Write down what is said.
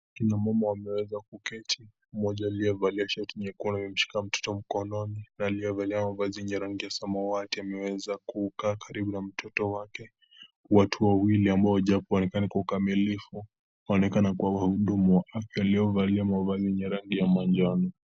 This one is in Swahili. Kina mama wameweza kuketi, mmoja aliyevalia shati nyekundu ameshika mtoto mkononi